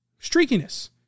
streakiness